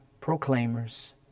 proclaimers